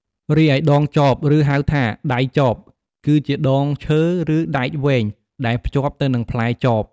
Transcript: រីឯដងចប ឬហៅថា ដៃចប គឺជាដងឈើ ឬដែកវែង ដែលភ្ជាប់ទៅនឹងផ្លែចប។